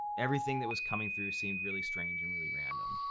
everything that was coming through seemed really strange and really random.